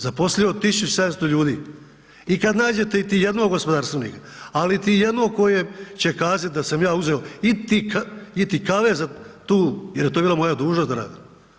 Zaposlio 1700 ljudi i kad nađete iti jednog gospodarstvenika, ali iti jednog koji će kazati da sam ja uzeo iti kave za tu, jer je to bila moja dužnost da radim.